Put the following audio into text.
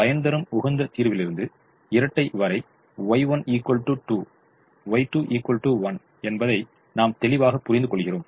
பயன்தரும் உகந்த தீர்விலிருந்து இரட்டை வரை Y1 2 Y2 1 என்பதை நாம் தெளிவாக புரிந்துக் கொள்கிறோம்